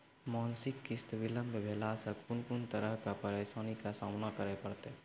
मासिक किस्त बिलम्ब भेलासॅ कून कून तरहक परेशानीक सामना करे परतै?